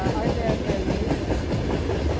are there variations in hate?